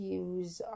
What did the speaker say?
use